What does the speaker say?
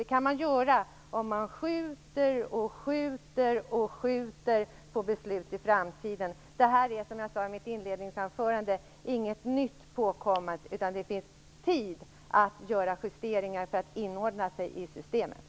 Det kan man göra om man gång på gång skjuter besluten på framtiden. Det här är, som jag sade i mitt inledningsanförande, inget nypåkommet, utan det finns tid att göra justeringar för att inordna sig i systemet.